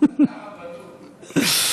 הרבנות.